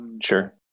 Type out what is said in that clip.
Sure